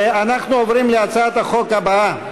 אנחנו עוברים להצעת החוק הבאה: